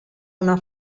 una